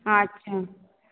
আচ্ছা